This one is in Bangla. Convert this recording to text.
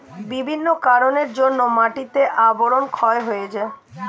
বিভিন্ন কারণের জন্যে মাটির আবরণ ক্ষয় হয়ে যায়